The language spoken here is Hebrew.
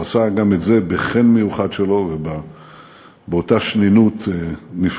הוא עשה גם את זה בחן המיוחד שלו ובאותה שנינות נפלאה.